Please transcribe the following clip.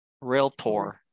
realtor